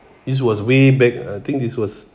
this was way back I think this was